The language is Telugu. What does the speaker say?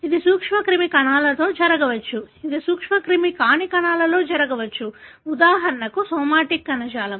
ఇది సూక్ష్మక్రిమి కణాలలో జరగవచ్చు ఇది సూక్ష్మక్రిమి కాని కణాలలో జరగవచ్చు ఉదాహరణకు సోమాటిక్ కణజాలం